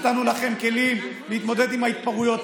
נתנו לכם כלים להתמודד עם ההתפרעויות.